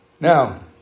Now